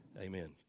Amen